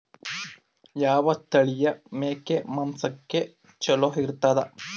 ಯಾವ ತಳಿಯ ಮೇಕಿ ಮಾಂಸಕ್ಕ ಚಲೋ ಇರ್ತದ?